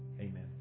Amen